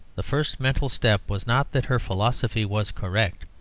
the first mental step was not that her philosophy was correct,